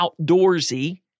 outdoorsy